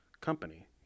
company